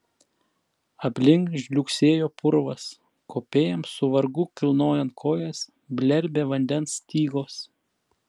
aplink žliugsėjo purvas kopėjams su vargu kilnojant kojas blerbė vandens stygos